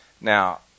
Now